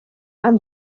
and